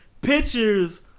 pictures